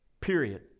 period